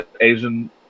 Asian